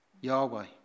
Yahweh